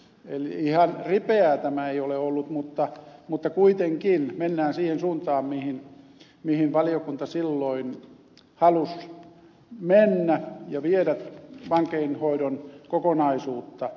eli ihan ripeää tämä ei ole ollut mutta kuitenkin mennään siihen suuntaan mihin valiokunta silloin halusi mennä ja viedä vankeinhoidon kokonaisuutta